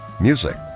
Music